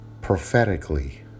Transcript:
prophetically